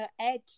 edge